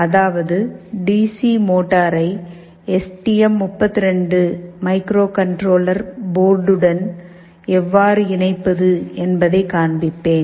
அதாவது D C மோட்டாரை S T M 32 microcontroller போர்டுடன் எவ்வாறு இணைப்பது என்பதை காண்பிப்பேன்